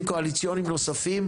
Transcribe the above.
תקציבים קואליציוניים נוספים,